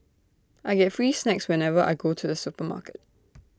I get free snacks whenever I go to the supermarket